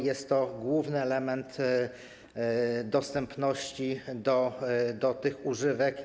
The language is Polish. Jest to główny element dostępności tych używek.